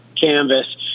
canvas